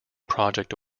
project